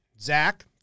Zach